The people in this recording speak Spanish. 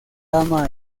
ama